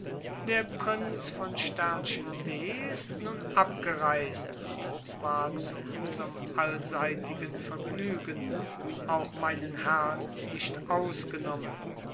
der prinz von d ist nun abgereist und zwar zu unserm allerseitigen vergnügen auch meinen herrn nicht ausgenommen